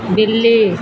बिल्ली